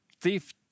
Thief